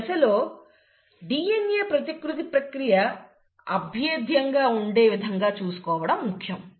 ఈ దశలో DNA ప్రతికృతి ప్రక్రియ అభేద్యంగా ఉండేవిధంగా చూసుకోవడం ముఖ్యం